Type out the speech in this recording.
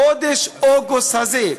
חודש אוגוסט הזה,